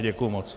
Děkuji moc.